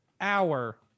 hour